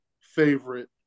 favorite